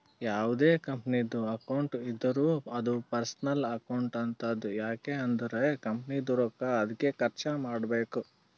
ಯಾವ್ದೇ ಕಂಪನಿದು ಅಕೌಂಟ್ ಇದ್ದೂರ ಅದೂ ಪರ್ಸನಲ್ ಅಕೌಂಟ್ ಆತುದ್ ಯಾಕ್ ಅಂದುರ್ ಕಂಪನಿದು ರೊಕ್ಕಾ ಅದ್ಕೆ ಖರ್ಚ ಮಾಡ್ಬೇಕು